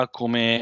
come